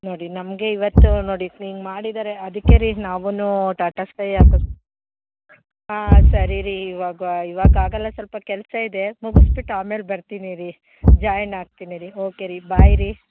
ನೋಡಿ ನಮಗೆ ಇವತ್ತು ನೋಡಿ ಹಿಂಗ್ ಮಾಡಿದ್ದಾರೆ ಅದಕ್ಕೆ ರೀ ನಾವು ಟಾಟಾ ಸ್ಕೈ ಹಾಕಿಸ್ ಆಂ ಸರಿ ರೀ ಇವಾಗ ಇವಾಗ ಆಗೋಲ್ಲ ಸ್ವಲ್ಪ ಕೆಲಸಯಿದೆ ಮುಗಿಸ್ಬಿಟ್ ಆಮೇಲೆ ಬರ್ತೀನಿ ರೀ ಜಾಯ್ನ್ ಆಗ್ತೀನಿ ರೀ ಓಕೆ ರೀ ಬಾಯ್ ರೀ